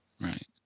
Right